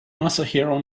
masahiro